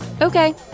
Okay